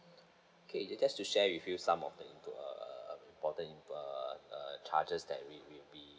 okay just to share with you some of err important err err charges that we we we